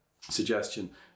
suggestion